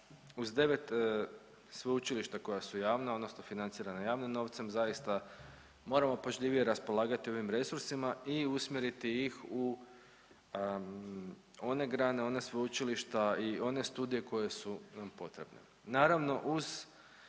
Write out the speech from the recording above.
uz 9 sveučilišta koja su javna odnosno financirana javnim novce zaista moramo pažljivije raspolagati ovim resursima i usmjeriti ih u one grane, ona sveučilišta i one studije koje su nam potrebne.